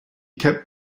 kept